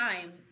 time